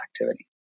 activity